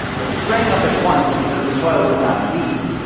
it sprang up at once because the soil was not deep,